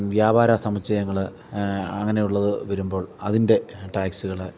വ്യാപാര സമുച്ചയങ്ങൾ അങ്ങനെയുള്ളത് വരുമ്പോൾ അതിൻ്റെ ട്ടാക്സ്കൾ